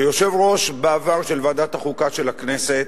כיושב-ראש, בעבר, של ועדת החוקה של הכנסת,